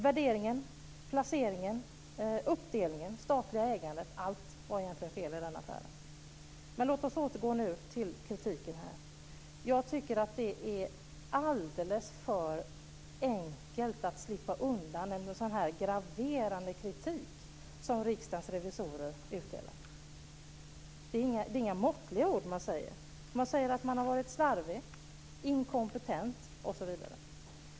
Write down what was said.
Värderingen, placeringen, uppdelningen, det statliga ägandet - allt var fel i den affären. Men för att återgå till den här kritiken tycker jag att det är alldeles för enkelt att slippa undan en så graverande kritik som Riksdagens revisorer utdelar. Det är inte måttliga ord som man använder. Man säger att regeringen har varit slarvig, inkompetent osv.